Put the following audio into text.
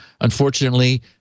Unfortunately